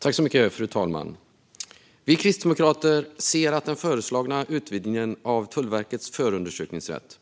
Fru talman! Vi kristdemokrater anser att den föreslagna utvidgningen av Tullverkets förundersökningsrätt